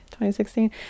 2016